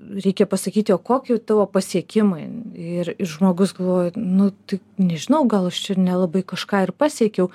reikia pasakyti o kokie tavo pasiekimai ir ir žmogus galvoja nu tai nežinau gal aš čia nelabai kažką ir pasiekiau